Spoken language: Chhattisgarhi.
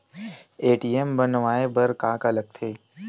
ए.टी.एम बनवाय बर का का लगथे?